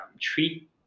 treat